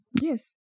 Yes